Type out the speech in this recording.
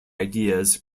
ideas